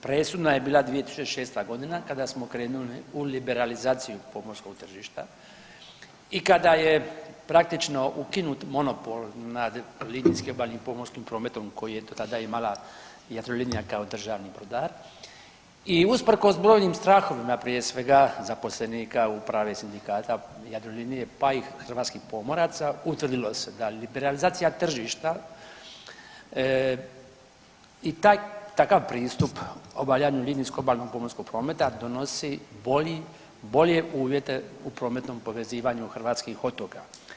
Presudna je bila 2006.g. kada smo krenuli u liberalizaciju pomorskog tržišta i kada je praktično ukinut monopol nad linijskim obalnim pomorskim prometom koji je dotada imala Jadrolinija kao državni brodar i usprkos brojnim strahovima prije svega zaposlenika u upravi sindikata Jadrolinije, pa i hrvatskih pomoraca utvrdilo se da liberalizacija tržišta i takav pristup obavljanju linijskog obalnog pomorskog prometa donosi bolje uvjete u prometnom povezivanju hrvatskih otoka.